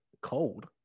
cold